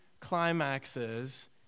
climaxes